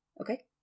Okay